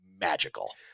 magical